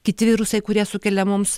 kiti virusai kurie sukelia mums